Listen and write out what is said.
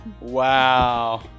Wow